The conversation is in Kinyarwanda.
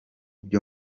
byo